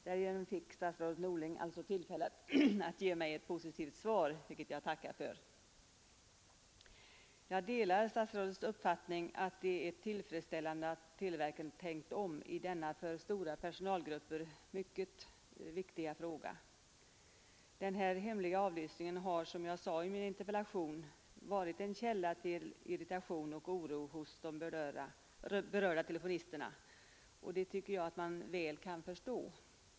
Därigenom fick statsrådet Norling alltså tillfälle att ge mig ett positivt svar, vilket jag tackar för Jag delar statsrådets uppfattning att det är tillfredsställande att televerket tänkt om i denna för stora personalgrupper mycket viktiga fråga. Den hemliga avlyssningen har, som jag sade i min interpellation, varit en källa till irritation och oro hos de berörda telefonisterna. Det tycker jag att man väl kan förstå.